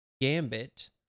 Gambit